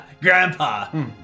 Grandpa